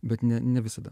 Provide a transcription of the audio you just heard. bet ne ne visada